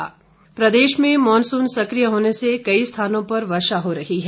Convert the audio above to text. मौसम प्रदेश में मानसून सकिय होने से कई स्थानों पर वर्षा हो रही है